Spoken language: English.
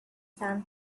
sand